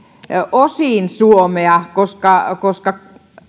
osissa suomea koska koska